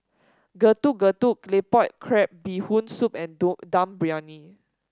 Getuk Getuk Claypot Crab Bee Hoon Soup and Dum Briyani